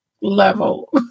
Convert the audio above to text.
level